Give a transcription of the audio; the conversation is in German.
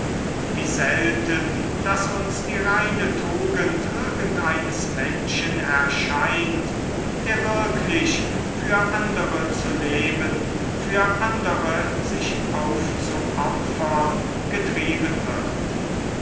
wie selten daß uns die reine tugend irgendeines menschen erscheint der wirklich für andere zu leben für andere sich aufzuopfern getrieben wird